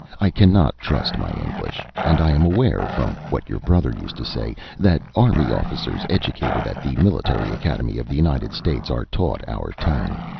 i cannot trust my english, and i am aware, from what your brother used to say, that army officers educated at the military academy of the united states are taught our tongue.